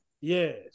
Yes